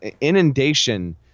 inundation